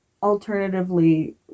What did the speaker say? Alternatively